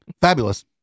Fabulous